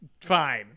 Fine